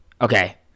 Okay